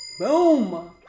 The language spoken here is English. BOOM